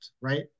right